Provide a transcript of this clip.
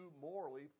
morally